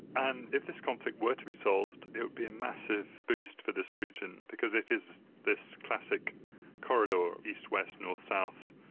and if this conflict were to be solved it would be a massive boost for this region, because it is this classic corridor, east-west, north-south,